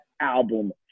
album